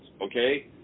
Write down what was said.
okay